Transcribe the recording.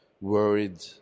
worried